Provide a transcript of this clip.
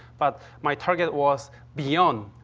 but my target was beyond,